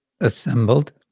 assembled